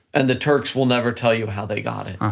and the turks will never tell you how they got it. ah